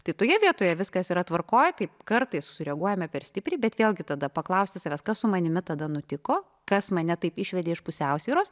tai toje vietoje viskas yra tvarkoj kaip kartais sureaguojame per stipriai bet vėlgi tada paklausus savęs kas su manimi tada nutiko kas mane taip išvedė iš pusiausvyros